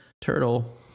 turtle